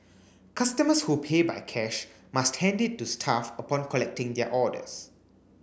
customers who pay by cash must hand it to staff upon collecting their orders